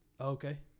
Okay